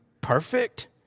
perfect